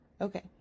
okay